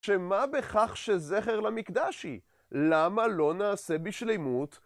שמה בכך שזכר למקדש היא, למה לא נעשה בשלימות?